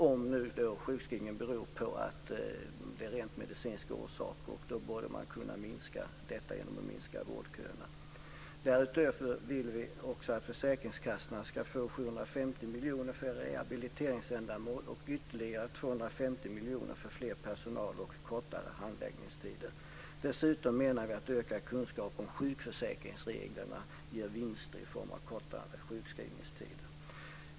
Om nu sjukskrivningen har rent medicinska orsaker bör man kunna åstadkomma en minskning genom att minska vårdköerna. Därutöver vill vi att försäkringskassorna ska få 750 miljoner till rehabiliteringsändamål och ytterligare 250 miljoner till mer personal och kortare handläggningstider. Dessutom menar vi att ökad kunskap om sjukförsäkringsreglerna ger vinster i form av kortare sjukskrivningstider.